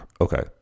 okay